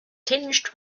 tinged